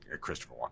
Christopher